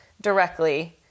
directly